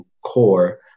core